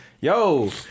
Yo